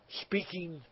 speaking